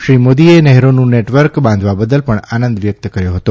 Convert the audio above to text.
શ્રી મોદીએ નહેરોનું નેટવર્ક બાંધવા બદલ પણ આનંદ વ્યક્ત કર્યો હતો